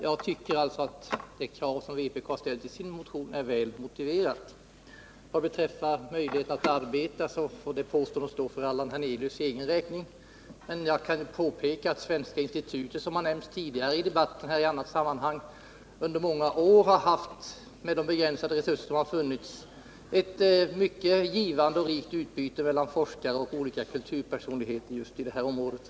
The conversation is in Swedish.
Jag tycker därför att det krav som vpk har ställt i sin motion är väl motiverat. Det som Allan Hernelius sade om arbetsmöjligheterna får stå för hans egen räkning. Jag kan emellertid påpeka att Svenska institutet, som nämnts tidigare i debatten i ett annat sammanhang, med sina begränsade resurser under många år har haft ett mycket givande och rikt utbyte i detta område när det gäller forskare och andra kulturpersonligheter.